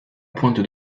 pointe